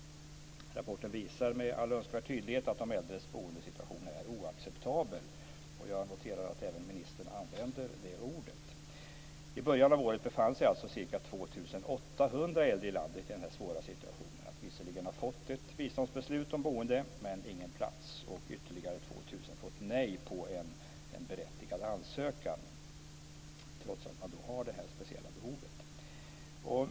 Rapporten visar med all önskvärd tydlighet att de äldres boendesituation är oacceptabel. Jag noterar att även ministern använder det ordet. I början av året befann sig ca 2 800 äldre i landet i den svåra situationen att visserligen ha fått ett biståndsbeslut om boende men ingen plats. Ytterligare 2 000 hade fått avslag på en berättigad ansökan, trots att de har det speciella behovet.